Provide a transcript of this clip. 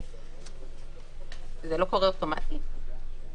זה לא קורה אוטומטית?